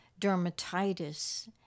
dermatitis